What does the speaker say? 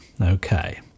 Okay